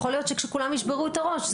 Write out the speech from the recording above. יכול להיות שכשכולם ישברו את הראש,